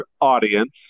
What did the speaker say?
audience